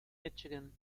michigan